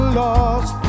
lost